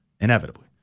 Inevitably